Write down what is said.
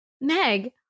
Meg